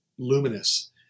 Luminous